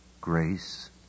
grace